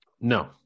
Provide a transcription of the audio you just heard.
No